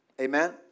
amen